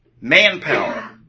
manpower